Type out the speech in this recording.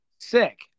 sick